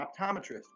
optometrist